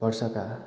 वर्षका